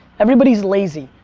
everybody's lazy.